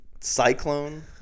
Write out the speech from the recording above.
cyclone